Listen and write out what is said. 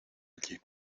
allí